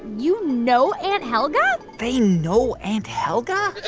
you know aunt helga? they know aunt helga?